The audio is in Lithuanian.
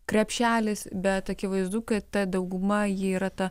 krepšelis bet akivaizdu kad ta dauguma ji yra ta